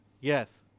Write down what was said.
Yes